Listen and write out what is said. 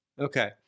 Okay